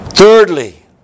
Thirdly